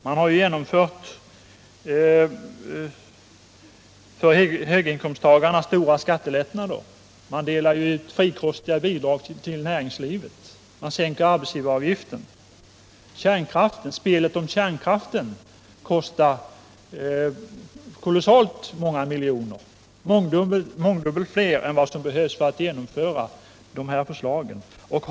Man har genomfört stora skattelättnader för höginkomsttagarna, och man delar ut frikostiga bidrag till näringslivet. Man sänker arbetsgivaravgiften. Spelet om kärnkraften kostar många miljarder, mångdubbelt mer än vad som behövs för att genomföra de förslag det här gäller.